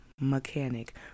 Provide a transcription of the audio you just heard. mechanic